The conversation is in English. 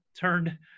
turned